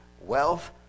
wealth